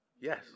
Yes